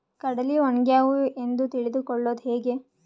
ಕಡಲಿ ಒಣಗ್ಯಾವು ಎಂದು ತಿಳಿದು ಕೊಳ್ಳೋದು ಹೇಗೆ?